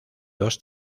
dos